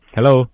Hello